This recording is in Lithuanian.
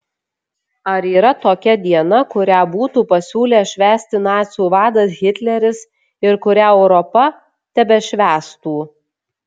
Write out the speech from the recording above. ar yra tokia diena kurią būtų pasiūlęs švęsti nacių vadas hitleris ir kurią europa tebešvęstų